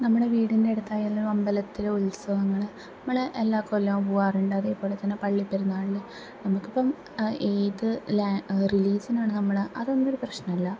നമ്മുടെ വീടിൻ്റെ അടുത്തായാലും അമ്പലത്തിലെ ഉത്സവങ്ങള് മ്മള് എല്ലാ കൊല്ലവും പോവാറുണ്ട് അതേപോലെ തന്നെ പള്ളി പെരുന്നാളിനും നമുക്കിപ്പം ഏത് ലാങ്ങ് റിലീജിയനാണ് നമ്മുടെ അതൊന്നും ഒരു പ്രശ്നമല്ല